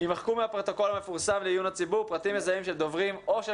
ימחקו מהפרוטוקול המפורסם לעיון הציבור פרטים מזהים של דוברים או של